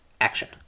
Action